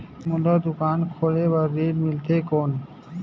मोला दुकान खोले बार ऋण मिलथे कौन?